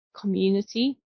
community